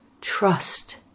Trust